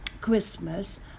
Christmas